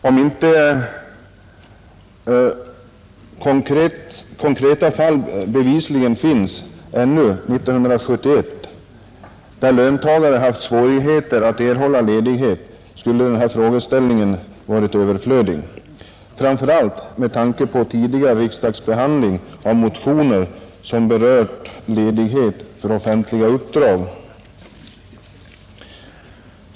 Om inte konkreta fall bevisligen funnits ännu 1971, där löntagare haft svårigheter att erhålla ledighet, skulle den här frågeställningen varit överflödig, framför allt med tanke på tidigare riksdagsbehandling av motioner som berört ledighet för offentliga uppdrag.